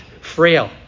frail